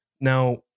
Now